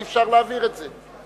אי-אפשר להעביר את זה.